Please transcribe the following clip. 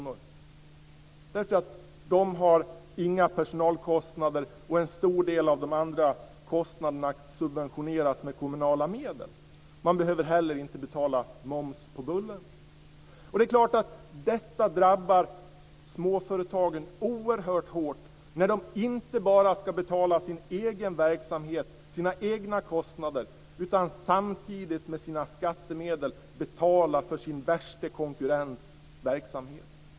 Man har nämligen inte några personalkostnader, och en stor del av de andra kostnaderna subventionernas med kommunala medel. Man behöver heller inte betala moms på bullen. Det drabbar småföretagen oerhört hårt när de inte bara ska betala sin egen verksamhet, sina egna kostnader, utan samtidigt med skattemedel betala för sin värste konkurrents verksamhet.